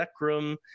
zekrom